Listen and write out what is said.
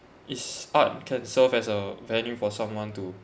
his art can serve as a venue for someone to